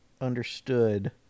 understood